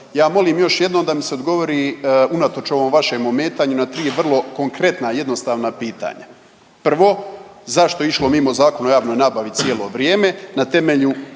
Ja molim još jednom da mi se odgovori unatoč ovom vašem ometanju na tri vrlo konkretna, jednostavna pitanja. Prvo, zašto je išlo mimo Zakona o javnoj nabavi cijelo vrijeme? Na temelju